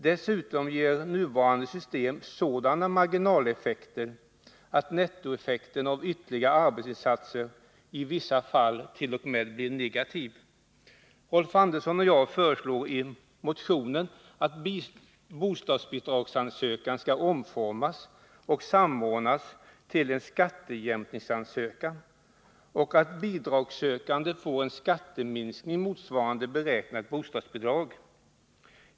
Dessutom ger nuvarande system sådana marginaleffekter att nettoeffekten av ytterligare arbetsinsatser i vissa fall t.o.m. blir negativ. Rolf Andersson och jag föreslår i motionen att bostadsbidragsansökan skall omformas och samordnas till en ”skattejämkningsansökan” och att bidragssökande skall få en skatteminskning motsvarande beräknat bostadsbidrag.